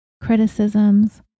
criticisms